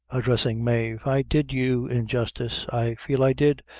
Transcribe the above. addressing mave, i did you injustice i feel i did,